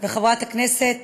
וחברת הכנסת